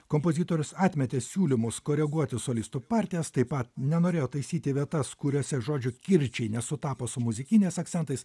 kompozitorius atmetė siūlymus koreguoti solistų partijas taip pat nenorėjo taisyti vietas kuriose žodžių kirčiai nesutapo su muzikiniais akcentais